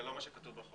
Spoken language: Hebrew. זה לא מה שכתוב בחוק.